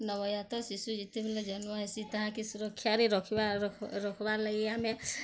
ନବଜାତ ଶିଶୁ ଯେତେବେଲେ ଜନ୍ମ ହେଇସିଁ ତାହାକେ ସୁରକ୍ଷାରେ ରଖ୍ବାର୍ ଲାଗି ଆମେ